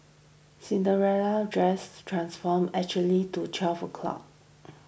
Cinderella's dress transform exactly to twelve o' clock